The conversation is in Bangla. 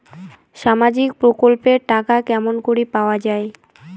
সামাজিক প্রকল্পের টাকা কেমন করি পাওয়া যায়?